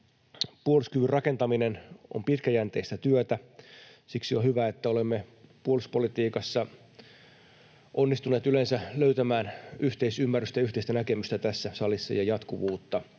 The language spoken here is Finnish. Puolustuskyvyn rakentaminen on pitkäjänteistä työtä. Siksi on hyvä, että olemme puolustuspolitiikassa onnistuneet yleensä löytämään yhteisymmärrystä ja yhteistä näkemystä ja jatkuvuutta